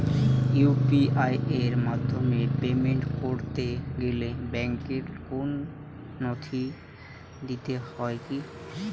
UPI এর মাধ্যমে payment করতে গেলে ব্যাংকের কোন নথি দিতে হয় কি?